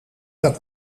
dat